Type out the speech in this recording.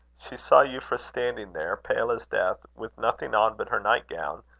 she saw euphra standing there, pale as death, with nothing on but her nightgown,